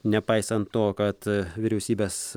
nepaisant to kad vyriausybės